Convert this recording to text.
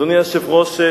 אדוני היושב-ראש,